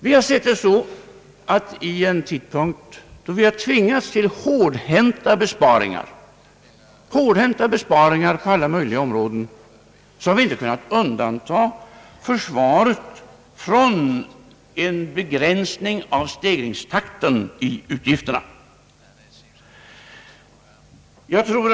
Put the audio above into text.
Vi har resonerat så att i en tid då vi har tvingats till hårdhänta besparingar på alla områden har vi inte kunnat undantaga försvaret från en begränsning av stegringstakten beträffande utgifterna.